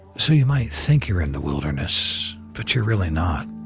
so you might think you're in the wilderness, but you're really not.